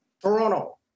Toronto